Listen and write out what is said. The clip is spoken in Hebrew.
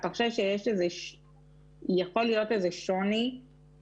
אתה חושב שיכול להיות איזה שוני בעובדה